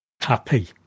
happy